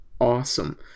awesome